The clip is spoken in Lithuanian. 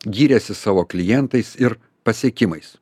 giriasi savo klientais ir pasiekimais